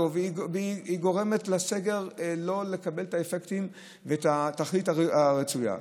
וגורמת לסגר לא לקבל את האפקט ואת התכלית הרצויה.